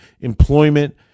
employment